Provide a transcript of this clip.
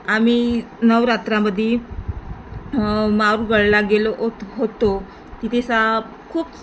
आम्ही नवरात्रामध्येदी माळगडला गेलो ओत होतो तिथे सा खूप